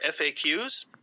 FAQs